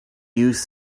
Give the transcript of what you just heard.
use